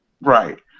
Right